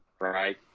right